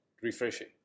refreshing